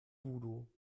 voodoo